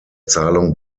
zahlung